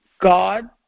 God